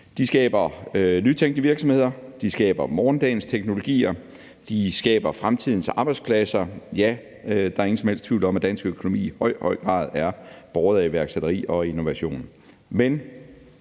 De skaber nytænkende virksomheder, de skaber morgendagens teknologier, de skaber fremtidens arbejdspladser, og ja, der er ingen som helst tvivl om, at dansk økonomi i høj, høj grad er båret af iværksætteri og innovation.